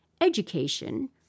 education